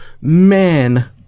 man